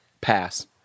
pass